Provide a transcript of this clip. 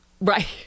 right